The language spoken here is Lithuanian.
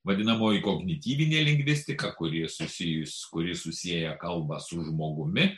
vadinamoji kognityvinė lingvistika kuri susijusi kuri susieja kalbą su žmogumi